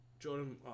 Jordan